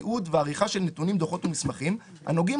תיעוד ועריכה של נתונים דוחות או מסמכים הנוגעים